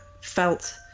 felt